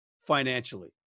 financially